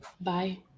Bye